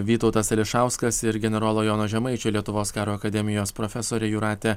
vytautas ališauskas ir generolo jono žemaičio lietuvos karo akademijos profesorė jūratė